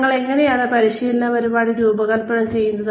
ഞങ്ങൾ എങ്ങനെയാണ് പരിശീലന പരിപാടികൾ രൂപകൽപ്പന ചെയ്യുന്നത്